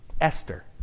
Esther